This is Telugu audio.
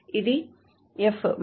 ఇది F